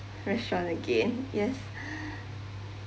restaurant again yes